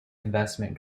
investment